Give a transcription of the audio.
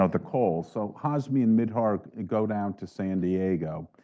ah the cole, so hazmi and mihdhar and go down to san diego.